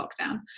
lockdown